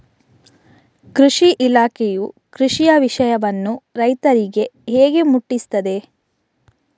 ಕೃಷಿ ಇಲಾಖೆಯು ಕೃಷಿಯ ವಿಷಯವನ್ನು ರೈತರಿಗೆ ಹೇಗೆ ಮುಟ್ಟಿಸ್ತದೆ?